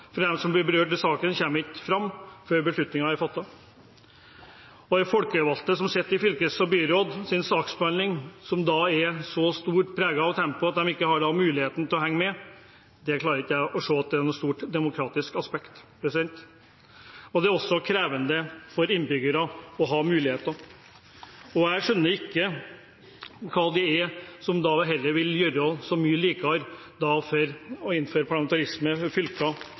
dem som blir berørt av sakene, kommer ikke fram før beslutningen er fattet. At saksbehandlingen til de folkevalgte som sitter i fylkes- og byråd, er så preget av stort tempo at de ikke har mulighet til å henge med, klarer ikke jeg å se er noe stort demokratisk aspekt. Det er også krevende for innbyggere å ha muligheter. Jeg skjønner heller ikke hva det er som da vil gjøre det så mye bedre for demokratiet å innføre parlamentarisme